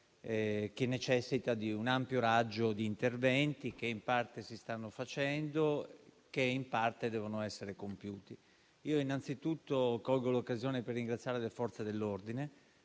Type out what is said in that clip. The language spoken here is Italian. che necessita di un ampio raggio di interventi, che in parte si stanno facendo e che in parte devono essere compiuti. Colgo anzitutto l'occasione per ringraziare le Forze dell'ordine,